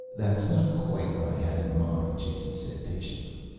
that's not quite what i had in mind, jason said patiently.